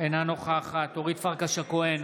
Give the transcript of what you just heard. אינה נוכחת אורית פרקש הכהן,